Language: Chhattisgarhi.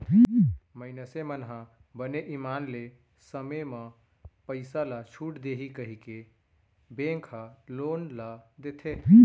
मइनसे मन ह बने ईमान ले समे म पइसा ल छूट देही कहिके बेंक ह लोन ल देथे